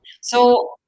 So-